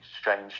strange